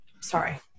Sorry